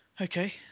Okay